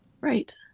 Right